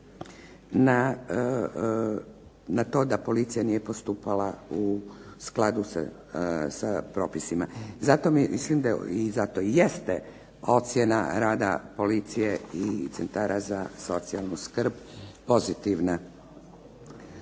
na to da policija nije postupala u skladu sa propisima. I zato jeste ocjena rada policije i centara za socijalnu skrb pozitivna.